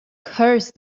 curse